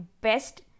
best